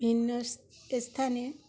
ভিন্ন স্থানে